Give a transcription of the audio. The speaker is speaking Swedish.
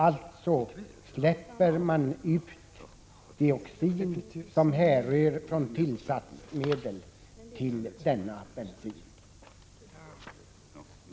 Alltså släpper man ut dioxiner som härrör från tillsatsmedel i denna icke blyfria bensin.